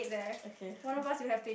okay